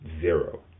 zero